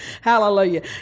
Hallelujah